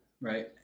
Right